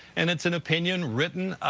and it's an opinion written,